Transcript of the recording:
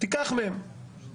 והיו לעבוד את עבודת המשכן"